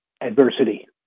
adversity